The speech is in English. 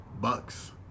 Bucks